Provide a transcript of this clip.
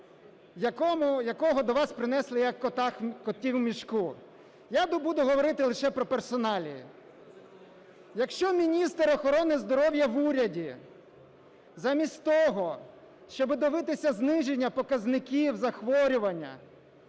якого до вас принесли, як котів у мішку. Я тут буду говорити лише про персоналії. Якщо міністр охорони здоров'я в уряді замість того, щоб дивитися зниження показників захворювання,